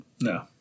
No